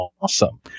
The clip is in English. awesome